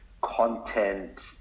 content